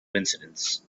incidents